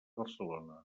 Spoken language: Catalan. barcelona